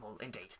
indeed